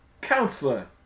Counselor